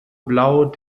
blau